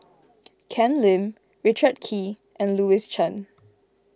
Ken Lim Richard Kee and Louis Chen